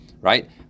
Right